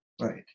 Right